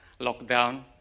lockdown